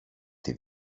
ότι